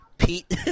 Pete